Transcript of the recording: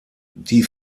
die